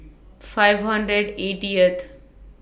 five hundred eightieth